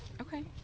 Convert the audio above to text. Okay